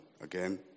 Again